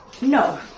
No